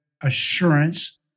assurance